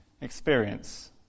experience